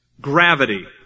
Gravity